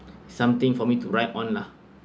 something for me to write on lah